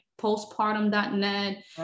postpartum.net